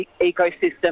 ecosystem